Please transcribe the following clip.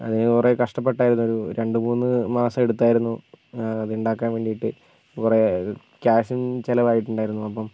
അതിന് കുറെ കഷ്ട്ടപ്പെട്ടായിരുന്നു ഒരു രണ്ട് മൂന്ന് മാസം എടുത്തായിരുന്നു അതുണ്ടാക്കാൻ വേണ്ടീട്ട് കുറെ ക്യാഷും ചിലവായിട്ടുണ്ടായിരുന്നു അപ്പം